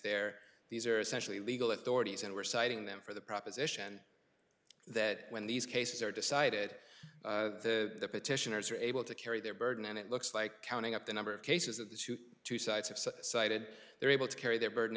there these are essentially legal authorities and we're citing them for the proposition that when these cases are decided the petitioners are able to carry their burden and it looks like counting up the number of cases that the two sides have so cited they are able to carry their burden